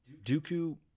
Dooku